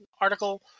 article